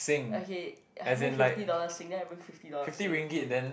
okay how many fifty dollar sing then I bring fifty dollar sing to